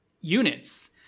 units